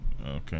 Okay